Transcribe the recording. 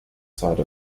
side